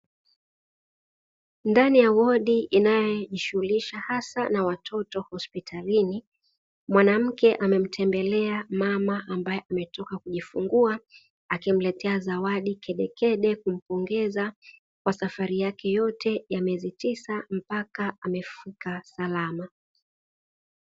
Ndani ya wodi inayojishughulisha haswa na watoto hospitalini, mwanamke amemtembelea mama ambae ametoka kujifungua, akimletea zawadi kedekede kumpongeza kwa safari yake yote ya miezi tisa mpaka amefika salama.